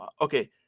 Okay